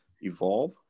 evolve